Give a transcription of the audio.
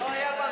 לא היה במה,